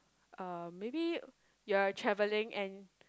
uh maybe you are travelling and